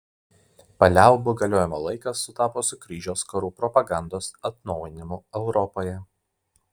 paliaubų galiojimo laikas sutapo su kryžiaus karų propagandos atnaujinimu europoje